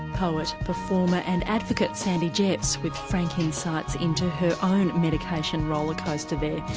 poet, performer and advocate sandy jeffs, with frank insights into her own medication roller coaster there.